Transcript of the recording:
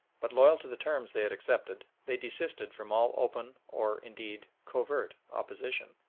but loyal to the terms they had accepted, they desisted from all open or, indeed, covert opposition.